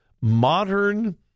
modern